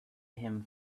him